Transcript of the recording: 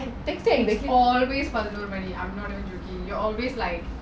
I texted